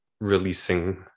releasing